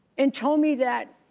and told me that,